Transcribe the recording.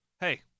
hey